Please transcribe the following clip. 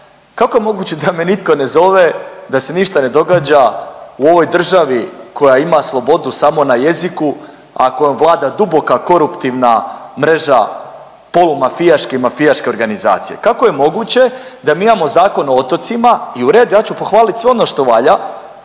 kako je moguće da me nitko ne zove da se ništa ne događa u ovoj državi koja ima slobodu samo na jeziku, a kojom vlada duboka koruptivna mreža polumafijaške i mafijaške organizacije? Kako je moguće da imamo Zakon o otocima i u redu je ja ću pohvalit sve ono što valja,